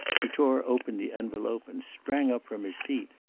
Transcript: he tore open the envelope and sprang up from his seat.